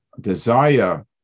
desire